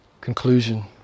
conclusion